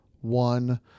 one